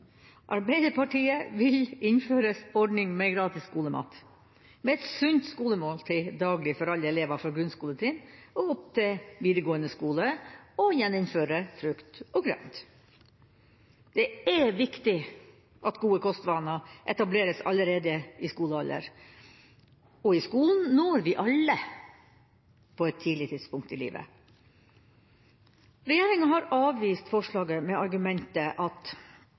Arbeiderpartiet vil innføre en ordning med gratis skolemat, med et sunt skolemåltid daglig for alle elever fra grunnskoletrinn og opp til videregående skole, og gjeninnføre frukt og grønt. Det er viktig at gode kostvaner etableres allerede i skolealder – og i skolen når vi alle på et tidlig tidspunkt i livet. Regjeringen har avvist forslaget med argumentet at